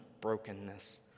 brokenness